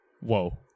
Whoa